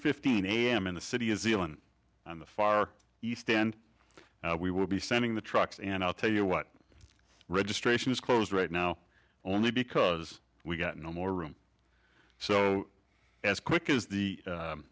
fifteen a m in the city is elan on the far east and we will be sending the trucks and i'll tell you what registration is closed right now only because we got no more room so as quick as the